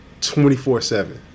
24-7